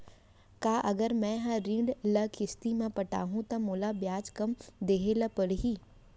का अगर मैं हा ऋण ल किस्ती म पटाहूँ त मोला ब्याज कम देहे ल परही?